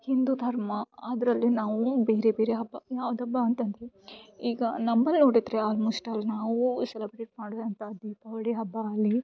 ಹಿಂದೂ ಧರ್ಮ ಅದರಲ್ಲಿ ನಾವೂ ಬೇರೆ ಬೇರೆ ಹಬ್ಬ ಯಾವ್ದುಹಬ್ಬ ಅಂತಂದರೆ ಈಗ ನಂಬಲ್ ನೋಡಿದರೆ ಆಲ್ಮೋಸ್ಟ್ ಅಲ್ ನಾವೂ ಸೆಲೆಬ್ರೇಟ್ ಮಾಡುವಂಥ ದೀಪಾವಳಿ ಹಬ್ಬ ಆಗಲಿ